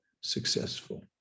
successful